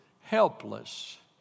helpless